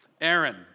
Aaron